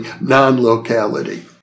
non-locality